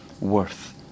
worth